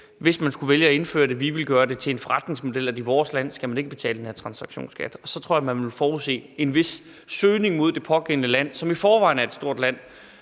hvis man skulle vælge at indføre det: Vi vil gøre det til forretningsmodel, at i vores land skal man ikke betale den her transaktionsskat. Og så tror jeg, man vil forudse en vis søgning mod det pågældende land, som i forvejen er et stort land